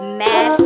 mad